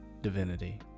divinity